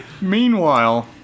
meanwhile